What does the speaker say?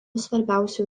svarbiausių